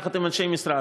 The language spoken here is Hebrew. יחד עם אנשי המשרד,